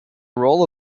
role